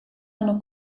hanno